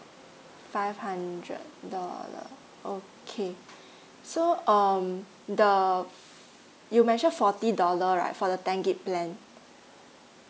five hundred dollar okay so um the you mention forty dollar right for the ten G_B plan